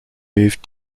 moved